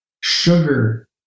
Sugar